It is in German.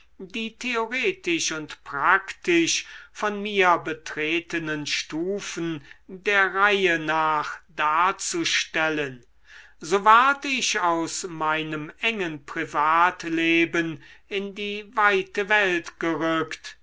die theoretisch und praktisch von mir betretenen stufen der reihe nach darzustellen so ward ich aus meinem engen privatleben in die weite welt gerückt